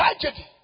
tragedy